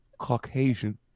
Caucasian